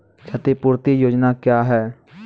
क्षतिपूरती योजना क्या हैं?